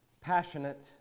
passionate